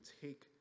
take